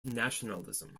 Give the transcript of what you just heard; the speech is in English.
nationalism